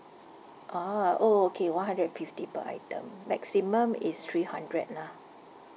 orh o~ o~ okay one hundred and fifty per item maximum is three hundred lah